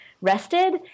rested